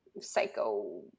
psycho